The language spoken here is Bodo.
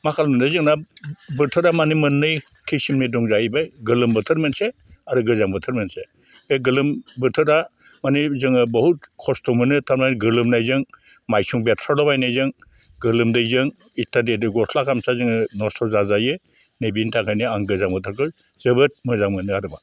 मा खालामनो जोंना बोथोरा मानि मोननै खिसिमनि दं जाहैबाय गोलोम बोथोर मोनसे आरो गोजां बोथोर मोनसे बे गोलोम बोथोरा मानि जोङो बुहुत खस्थ' मोनो थारमानि गोलोमनायजों माइसुं बेरफ्रावलाबायनायजों गोलोमदैजों इटादिटि गस्ला गानबा जोङो नस्थ' जाजायो नै बेनि थाखायनो आं गोजां बोथोरखौ जोबोर मोजां मोनो आरो